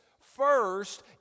first